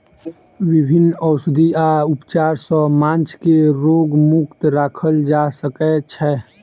विभिन्न औषधि आ उपचार सॅ माँछ के रोग मुक्त राखल जा सकै छै